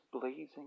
blazing